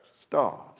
stars